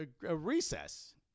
Recess